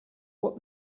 what